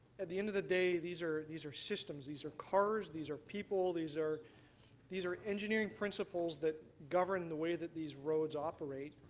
at the end of the day these are these are systems, these are cars, these are people, these are these are engineering principles that govern the way that these roads operate.